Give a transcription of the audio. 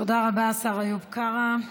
תודה רבה, השר איוב קרא.